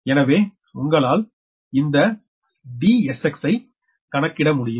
எனவே உங்களால் இந்த Dsx ஐ கணக்கிட முடியும்